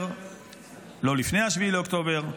לא לפני 7 באוקטובר,